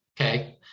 Okay